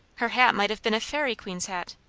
her hat might have been a fairy queen's hat.